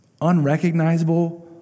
unrecognizable